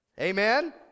Amen